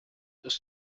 ist